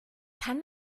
kann